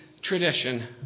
tradition